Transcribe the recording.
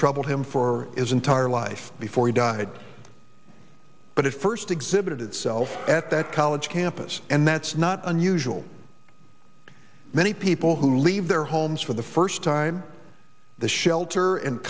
troubled him for his entire life before he died but it first exhibited itself at that college campus and that's not unusual many people who leave their homes for the first time the shelter and